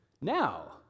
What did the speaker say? Now